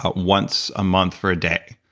ah once a month for a day.